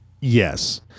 yes